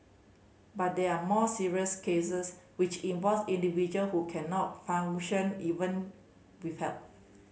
but there are more serious cases which involves individual who cannot even with help